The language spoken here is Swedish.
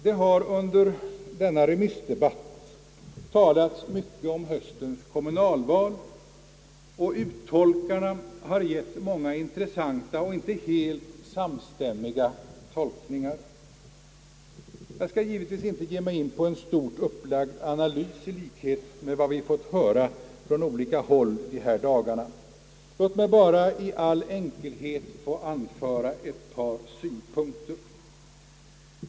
Det har under remissdebatten talats mycket om höstens kommunalval och uttolkarna har gett många intressanta och icke helt samstämmiga tolkningar. Jag skall givetvis inte ge mig in på en stort upplagd analys i likhet med vad vi fått höra från olika håll under dessa dagar. Låt mig bara i all enkelhet få anföra ett par synpunkter.